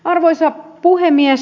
arvoisa puhemies